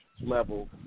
level